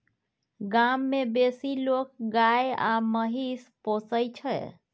गाम मे बेसी लोक गाय आ महिष पोसय छै